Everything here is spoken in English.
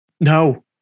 No